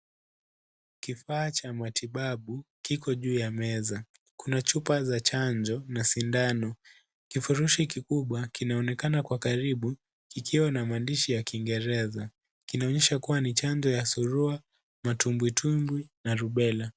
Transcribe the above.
Kifaa cha matibabu kiko juu ya meza, kuna chupa za chanjo na sindano, kifurushi kikubwa kinaonekana kwa karibu kikiwa na maandishi ya kiingireza kinaonyesha kuwa ni chanjo ya surua, matumbwi tumbwi, na Rubella.